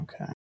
okay